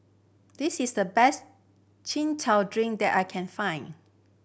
this is the best Chin Chow drink that I can find